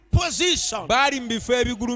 position